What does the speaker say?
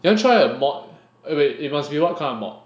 you will try a mod eh wait it must be what kind of mod